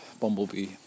bumblebee